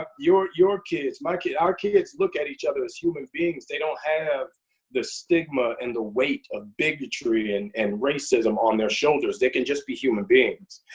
ah your your kids, my kids, our kids look at each other as a human beings. they don't have the stigma and the weight of bigotry and and racism on their shoulders. they can just be human beings.